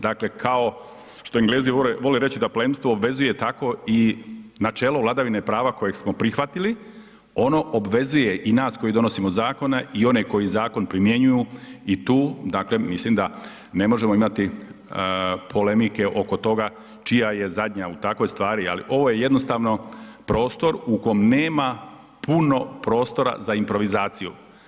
Dakle, kao što Englezi vole reći da plemstvo obvezuje, tako i načelo vladavine prava kojeg smo prihvatili ono obvezuje i nas koji donosimo zakone i one koji zakon primjenjuju i tu dakle mislim da ne možemo imati polemike oko toga čija je zadnja u takvoj stvari, ali ovo je jednostavno prostor u kom nema puno prostora za improvizaciju.